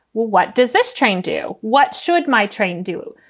well, what does this train do? what should my train do?